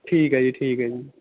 ਠੀਕ ਹੈ ਜੀ ਠੀਕ ਹੈ ਜੀ